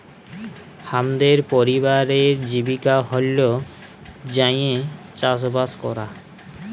হামদের পরিবারের জীবিকা হল্য যাঁইয়ে চাসবাস করা